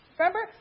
Remember